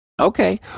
Okay